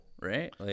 right